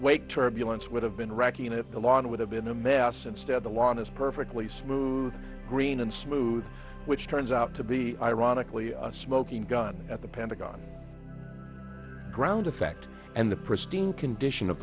wake turbulence would have been racking it the lawn would have been a mess instead the lawn is perfectly smooth green and smooth which turns out to be ironically a smoking gun at the pentagon ground effect and the pristine condition of